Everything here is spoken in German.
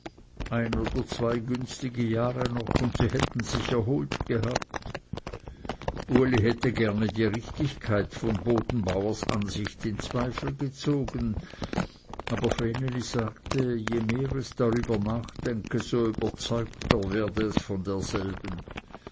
ein oder zwei günstige jahre noch und sie hätten sich erholt gehabt uli hätte gerne die richtigkeit von bodenbauers ansicht in zweifel gezogen aber vreneli sagte je mehr es darüber nachdenke desto überzeugter werde es von derselben